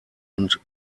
und